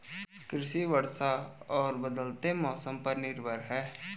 कृषि वर्षा और बदलते मौसम पर निर्भर है